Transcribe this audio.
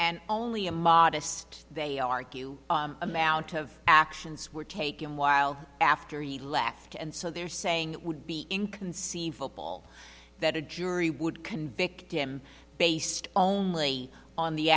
and only a modest they argue amount of actions were taken while after he left and so they're saying it would be inconceivable that a jury would convict him based only on the